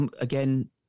Again